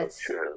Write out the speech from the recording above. Sure